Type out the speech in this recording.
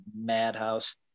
madhouse